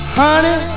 honey